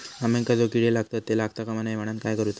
अंब्यांका जो किडे लागतत ते लागता कमा नये म्हनाण काय करूचा?